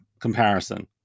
comparison